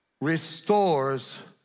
restores